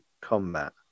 combat